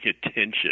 attention